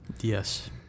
Yes